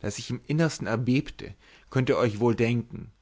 daß ich im innersten erbebte könnt ihr euch wohl denken